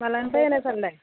मालानिफ्राय होनो सान्दों